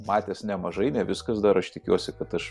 matęs nemažai ne viskas dar aš tikiuosi kad aš